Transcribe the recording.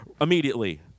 immediately